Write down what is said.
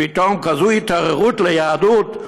פתאום התעוררות כזאת ליהדות,